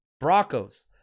Broncos